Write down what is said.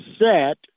set